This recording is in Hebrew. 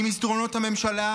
ממסדרונות הממשלה,